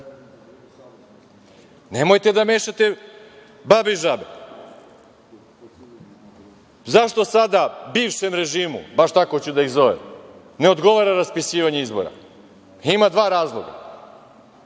Nemojte da mešate babe i žabe.Zašto sada bivšem režimu, baš tako ću da ih zovem, ne odgovara raspisivanje izbora? Ima dva razloga.